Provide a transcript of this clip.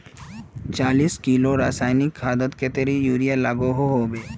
चालीस किलोग्राम रासायनिक खादोत कतेरी यूरिया लागोहो होबे?